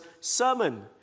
sermon